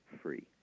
free